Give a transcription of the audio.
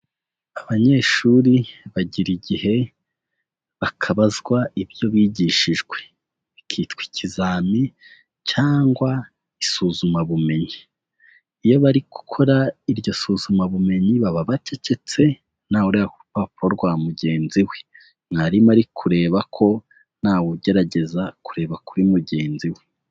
Abanyeshuri bagira igihe bakabazwa ibyo bigishijwe, bikitwa ikizami cyangwa isuzumabumenyi, iyo bari gukora iryo suzumabumenyi baba bacecetse nta we ureba ku rupapuro rwa mugenzi we, mwarimu ari kureba ko ntawugerageza kureba kuri mugenzi we.